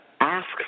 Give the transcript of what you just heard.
Ask